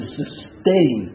sustain